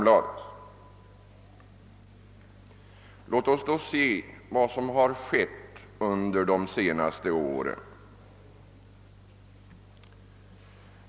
Låt oss se vad som har hänt under de senaste åren.